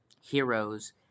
heroes